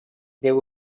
there